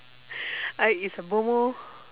I is a bomoh